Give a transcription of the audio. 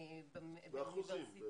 באחוזים.